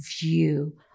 view